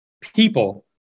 people